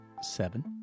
seven